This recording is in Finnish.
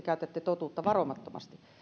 käytätte totuutta varomattomasti